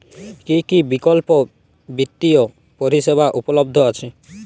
কী কী বিকল্প বিত্তীয় পরিষেবা উপলব্ধ আছে?